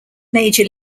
major